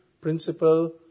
principle